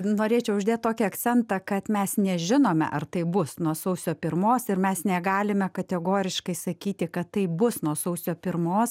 norėčiau uždėt tokį akcentą kad mes nežinome ar tai bus nuo sausio pirmos ir mes negalime kategoriškai sakyti kad tai bus nuo sausio pirmos